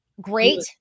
great